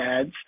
ads